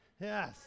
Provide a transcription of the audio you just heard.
Yes